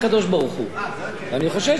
זה אני, אני חושב שצריך לעשות מה שצריך לעשות.